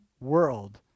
world